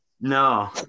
No